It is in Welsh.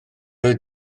oedd